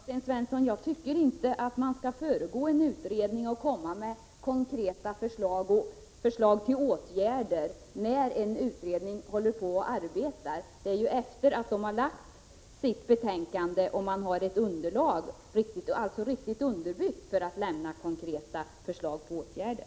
Herr talman! Jag tycker inte, Sten Svensson, att man skall föregripa en utredning och komma med konkreta förslag när en utredning håller på att arbeta. Det är ju efter det att det lagts fram ett utlåtande och det alltså finns ett riktigt underlag som man kan lämna konkreta förslag till åtgärder.